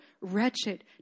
Wretched